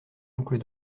boucles